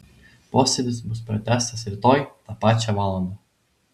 posėdis bus pratęstas rytoj tą pačią valandą